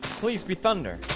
please be thunder